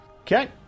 Okay